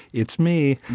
it's me